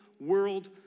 world